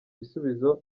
ibisubizo